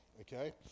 Okay